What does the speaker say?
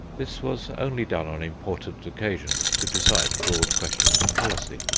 this was only done on important occasions to decide broad questions of policy,